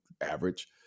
average